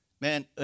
Man